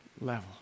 level